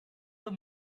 the